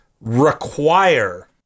require